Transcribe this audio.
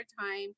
time